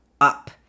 up